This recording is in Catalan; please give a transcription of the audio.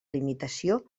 limitació